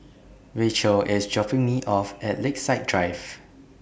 Racheal IS dropping Me off At Lakeside Drive